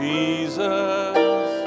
Jesus